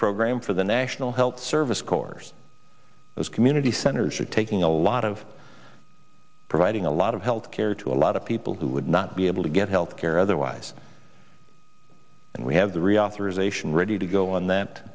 program for the national health service corps those community centers are taking a lot of providing a lot of health care to a lot of people who would not be able to get health care otherwise and we have the reauthorization ready to go on that